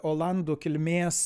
olandų kilmės